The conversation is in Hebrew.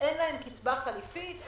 אין להן קצבה חליפית,